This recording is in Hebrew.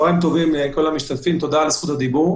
אני חוזר שוב, ככל שמדובר על תקופת הקורונה,